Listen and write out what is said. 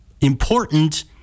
important